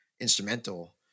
instrumental